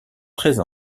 treize